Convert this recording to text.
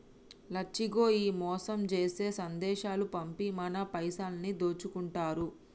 లచ్చిగో ఈ మోసం జేసే సందేశాలు పంపి మన పైసలన్నీ దోసుకుంటారు